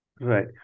Right